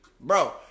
bro